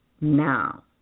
now